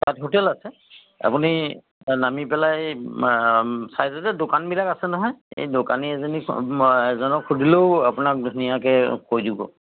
তাত হোটেল আছে আপুনি নামি পেলাই চাইছে যে দোকানবিলাক আছে নহয় এই দোকানী এজনী এজনক সুধিলেও আপোনাক ধুনীয়াকৈ কৈ দিব